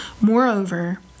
Moreover